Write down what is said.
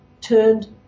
turned